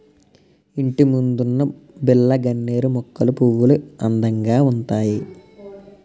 ఇంటిముందున్న బిల్లగన్నేరు మొక్కల పువ్వులు అందంగా ఉంతాయి